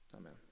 Amen